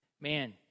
man